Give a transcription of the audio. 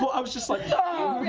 so i was just like oh